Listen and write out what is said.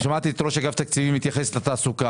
שמעתי את ראש אגף התקציבים מתייחס לתעסוקה,